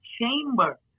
chamber